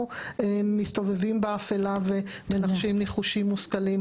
מסתובבים באפילה ומנחשים ניחושים מושכלים,